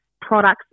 products